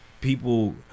People